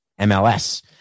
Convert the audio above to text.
MLS